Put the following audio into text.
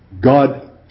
God